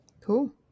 Cool